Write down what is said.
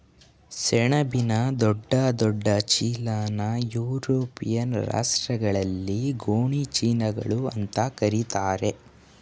ಸೆಣಬಿನ ದೊಡ್ಡ ದೊಡ್ಡ ಚೀಲನಾ ಯುರೋಪಿಯನ್ ರಾಷ್ಟ್ರಗಳಲ್ಲಿ ಗೋಣಿ ಚೀಲಗಳು ಅಂತಾ ಕರೀತಾರೆ